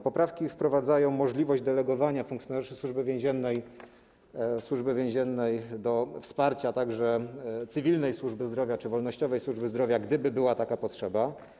Poprawki wprowadzają możliwość delegowania funkcjonariuszy Służby Więziennej do wsparcia także cywilnej służby zdrowia czy wolnościowej służby zdrowia, gdyby była taka potrzeba.